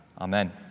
Amen